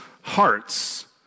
hearts